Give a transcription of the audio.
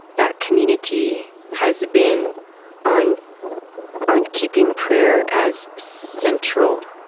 that community has been on on keeping prayer as central